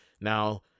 Now